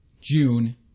June